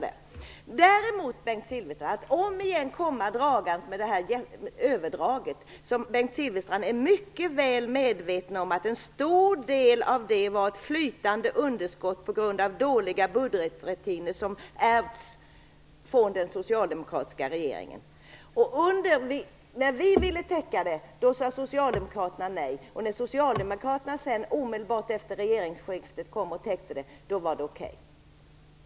Sedan kommer Bengt Silfverstrand återigen dragandes med det här överdraget, trots att Bengt Silfverstrand är mycket väl medveten om att en stor del av det var ett flytande underskott på grund av dåliga budgetrutiner som ärvts från den socialdemokratiska regeringen. När vi ville täcka det sade socialdemokraterna nej, men när socialdemokraterna sedan omedelbart efter regeringsskiftet täckte det var det okej!